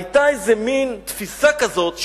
היתה איזה מין תפיסה כזאת,